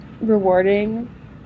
rewarding